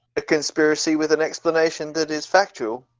a conspiracy with an explanation that is factual